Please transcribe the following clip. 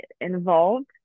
involved